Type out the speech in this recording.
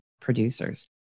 producers